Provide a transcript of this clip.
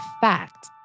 fact